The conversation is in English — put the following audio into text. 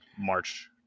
March